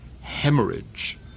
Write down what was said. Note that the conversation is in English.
hemorrhage